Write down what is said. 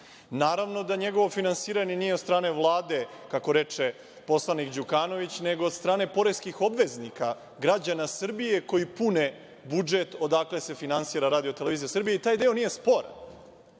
Naravno da njegovo finansiranje nije od strane Vlade, kako reče poslanik Đukanović, nego od strane poreskih obveznika, građana Srbije koji pune budžet odakle se finansira RTS i taj deo nije sporan,